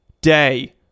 day